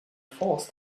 force